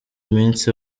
minsi